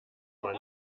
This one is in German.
man